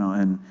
and